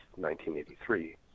1983